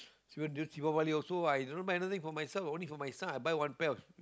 so during this Deepavali also i didn't buy anything for myself only for my son I buy one pair of